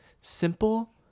simple